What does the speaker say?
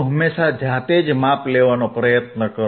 હંમેશા જાતે જ માપ લેવાનો પ્રયત્ન કરો